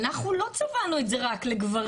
אנחנו לא צבענו את זה רק לגברים.